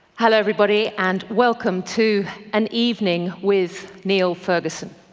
hello everybody and welcome to an evening with niall ferguson.